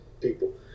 people